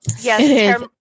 Yes